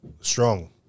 Strong